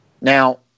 Now